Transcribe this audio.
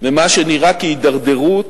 ממה שנראה כהידרדרות,